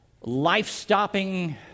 life-stopping